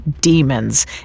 demons